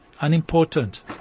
Unimportant